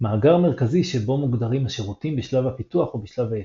מאגר מרכזי שבו מוגדרים השירותים בשלב הפיתוח או בשלב הייצור.